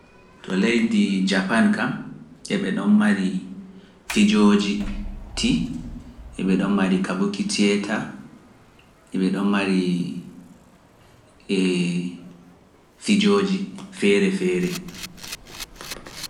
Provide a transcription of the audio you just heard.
To leydi Japan kam eɓe ɗon mari fijoji ti, eɓe ɗon mari kabuki ti eta, eɓe ɗon mari fijoji feere feere.